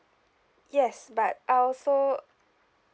yes but I also